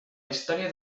història